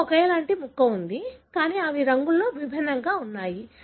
మీకు ఒకేలాంటి ముక్క ఉంది కానీ అవి రంగులో విభిన్నంగా ఉంటాయి